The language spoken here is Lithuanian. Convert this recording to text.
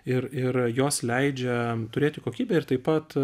ir ir jos leidžia turėti kokybę ir taip pat